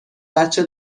بچه